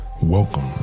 Welcome